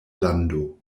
lando